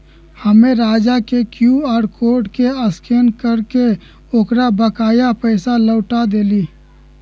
हम्मे राजा के Q R code के स्कैन करके ओकर बकाया पैसा लौटा देली